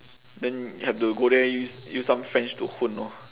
then have to go there use use some french to 混 orh